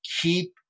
keep